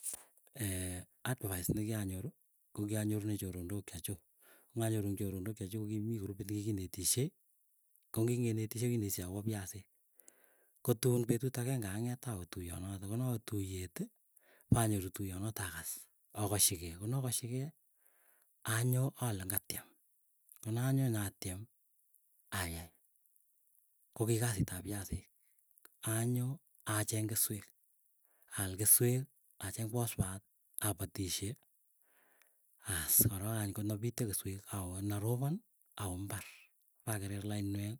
advice nekianyoru, kogianyorune choronok chechuk. Ng'anyoru ing choronok chechuk kokimii kurupit nikikinetisyei, ko ngingeng'etisyei kinetisyei akopa piasik kotun petut ageng'e ang'et awe tuyonotok. Konawe tuyeti panyoru tuyonoto agas akaschigei konokoschigei, ale anyoo ale ngatiem konanyoo nyatiem ayai kokii kasit ap piasik. Anyo acheng keswek al keswek, acheng pospat, apatisye aas korok akany konopityo kesyek, awono ropon awe imbbar pakere lainwek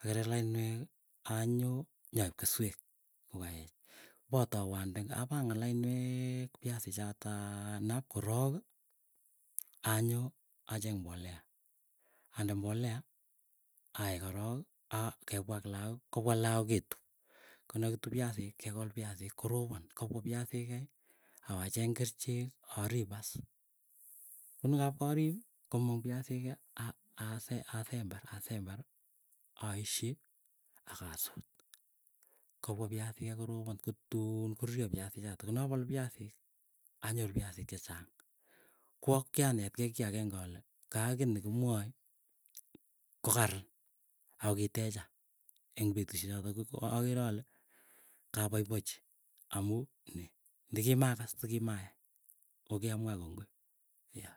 akerer lainweki anyoo nyoip keswek. Kokaech potou ande apangan lainweek piasii chataa nap koraki anyoo, acheng mbolea ande mbolea aei korok kepwa ak laak. Kopwa lagook ketup, konokitup piasik kekol piasik. Koropon kopwa piasik kei, awacheng kerchek arip aas. Konikapkarip komong piasikei. a a asember asember, aishi, akasut. Kopwa piasik kai koropon kotuun koruryo piasichatak konapalu piasik anyoru piasik chechang. Kwa kianetkei kiageng'e alee kaa kiiy nekimwae kokaran, akokitecha eng petusye chotok ager ale kapaipochi amuu ni. Ndikimakas tikimayai kokiamua kongoi yeah.